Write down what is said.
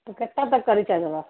تو کتتا تک کرچاےا